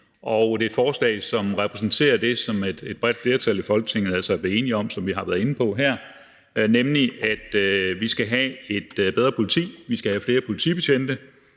det er et forslag, som repræsenterer det, som et bredt flertal i Folketinget altså er blevet enige om, som vi har været inde på, nemlig at vi skal have et bedre politi og vi skal have flere politibetjente.